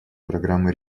программы